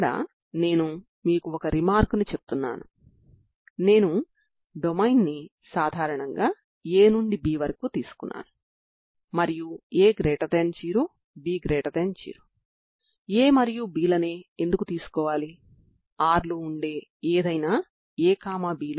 కాబట్టి ప్రతి సందర్భంలోనూ మనం డొమైన్ ను పూర్తి వాస్తవ రేఖకు మరియు అన్ని ఫంక్షన్లను సరి లేదా బేసి ఫంక్షన్లు గా విస్తరిస్తాము